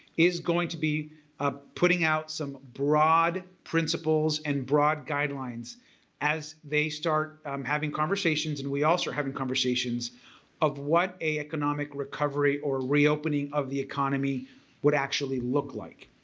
is going to be ah putting out some broad principles and broad guidelines as they start um having conversations and we also having conversations of what a economic recovery or reopening of the economy would actually look like.